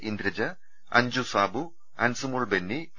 Indraja Anju Sabu Ansumol Benny P